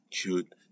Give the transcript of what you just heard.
cute